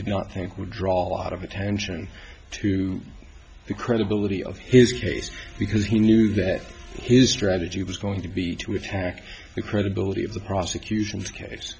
did not think would draw a lot of attention to the credibility of his case because he knew that his strategy was going to be to attack the credibility of the prosecution's case